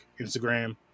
Instagram